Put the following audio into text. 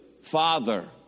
father